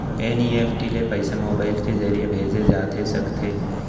NEFT ले पइसा mobile के ज़रिए भेजे जाथे सकथे?